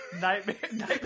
nightmare